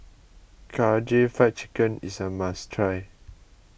Karaage Fried Chicken is a must try